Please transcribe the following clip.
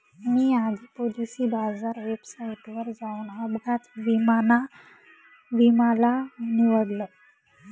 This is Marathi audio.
मी आधी पॉलिसी बाजार वेबसाईटवर जाऊन अपघात विमा ला निवडलं